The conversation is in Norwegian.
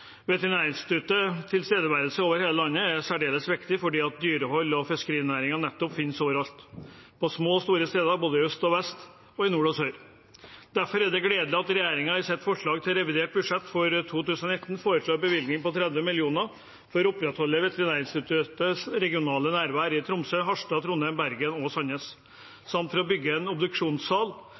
Veterinærinstituttets tilstedeværelse over hele landet er særdeles viktig fordi dyrehold og fiskerinæring nettopp finnes overalt, på små og store steder, både i øst og vest og i nord og sør. Derfor er det gledelig at regjeringen i sitt forslag til revidert budsjett for 2019 foreslår en bevilgning på 30 mill. kr for å opprettholde Veterinærinstituttets regionale nærvær i Tromsø, Harstad, Trondheim, Bergen og Sandnes samt for å bygge en obduksjonssal